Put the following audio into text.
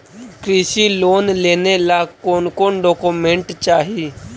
कृषि लोन लेने ला कोन कोन डोकोमेंट चाही?